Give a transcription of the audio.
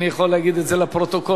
אני יכול להגיד את זה לפרוטוקול,